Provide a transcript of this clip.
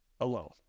alone